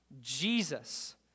Jesus